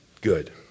Good